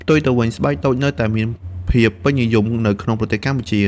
ផ្ទុយទៅវិញ ស្បែកតូចនៅតែមានភាពពេញនិយមនៅក្នុងប្រទេសកម្ពុជា។